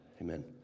Amen